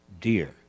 dear